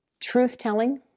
Truth-telling